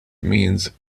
means